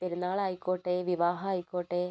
പെരുന്നാളായിക്കോട്ടെ വിവാഹമായിക്കോട്ടെ